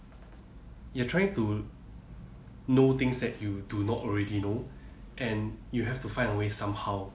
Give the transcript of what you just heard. you're trying to know things that you do not already know and you have to find a way somehow